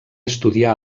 estudià